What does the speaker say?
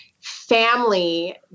Family